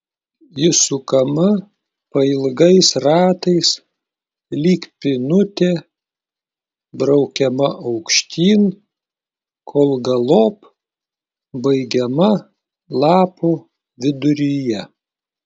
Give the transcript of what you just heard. ji sukama pailgais ratais lyg pynutė braukiama aukštyn kol galop baigiama lapo viduryje